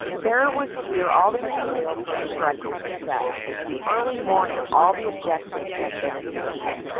there was here all the material for a striking success, and in the early morning all the objectives had been attained.